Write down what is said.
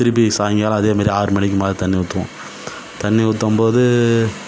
திருப்பி சாயங்காலம் அதே மாதிரி ஆறு மணிக்கு மேலே தண்ணி ஊற்றுவோம் தண்ணி ஊற்றும்போது